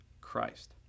Christ